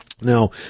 Now